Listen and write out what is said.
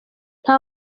nta